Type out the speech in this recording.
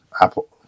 apple